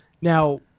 Now